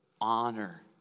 honor